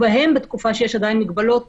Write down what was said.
בתקופה שיש עדיין מגבלות